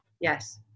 Yes